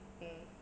mm